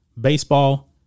baseball